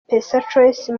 pesachoice